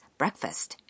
breakfast